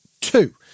two